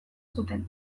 zuten